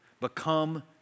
become